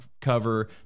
cover